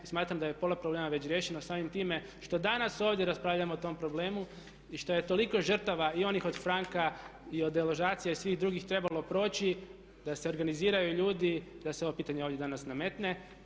Smatram da je pola problema već riješeno samim time što danas ovdje raspravljamo o tom problemu i što je toliko žrtava i onih od franka i od deložacija i od svih drugih trebalo proći da se organiziraju ljudi, da se ovo pitanje ovdje danas nametne.